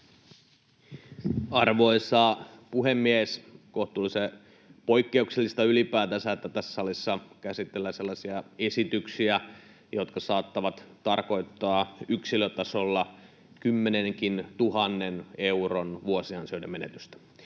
Arvoisa puhemies! On kohtuullisen poikkeuksellista ylipäätään, että tässä salissa käsitellään sellaisia esityksiä, jotka saattavat tarkoittaa yksilötasolla kymmenenkin tuhannen euron vuosiansioiden menetystä.